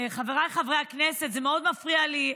חבריי חברי הכנסת, זה מאוד מפריע לי.